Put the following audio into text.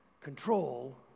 control